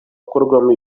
akorwamo